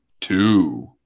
two